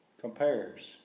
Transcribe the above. compares